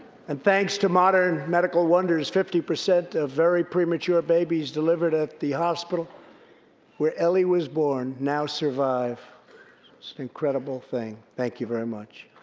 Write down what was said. and thanks to modern medical wonders, fifty percent of very premature babies delivered at the hospital where ellie was born now survive. it's an incredible thing. thank you very much.